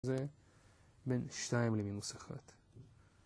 זה בין שתיים למינוס אחת.